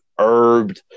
herbed